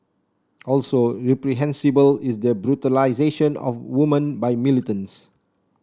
also reprehensible is the brutalisation of women by militants